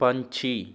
ਪੰਛੀ